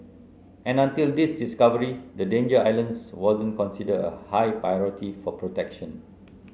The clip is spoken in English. and until this discovery the Danger Islands wasn't considered a high priority for protection